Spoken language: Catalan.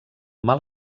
mal